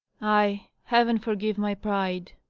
ay! heaven forgive my pride,